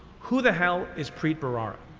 who the hell is preet bharara?